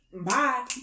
bye